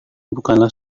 bukanlah